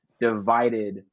divided